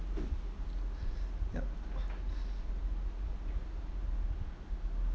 yup